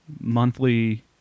monthly